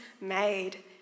made